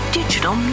digital